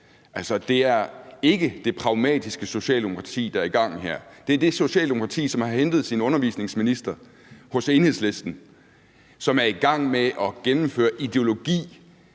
det er ikke det pragmatiske Socialdemokrati, der er i gang her; det er det Socialdemokrati, som har hentet sin undervisningsminister hos Enhedslisten, og som er i gang med at gennemføre ideologi